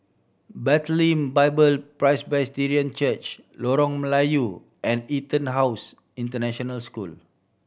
Bethlehem Bible Presbyterian Church Lorong Melayu and EtonHouse International School